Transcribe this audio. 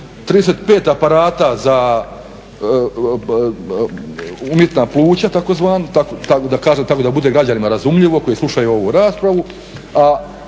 35 aparata za umjetna pluća tako zvan, da kažem tako da bude građanima razumljivo koji slušaju ovu raspravu a